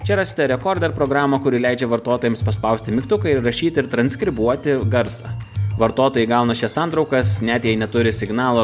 čia rasite rekordą ir programą kuri leidžia vartotojams paspausti mygtuką ir rašyti ir transkribuoti garsą vartotojai gauna šias santraukas net jei neturi signalo